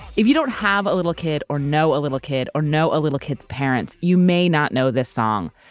if you don't have a little kid, or know a little kid, or know a little kid's parents, you may not know this song,